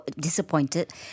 disappointed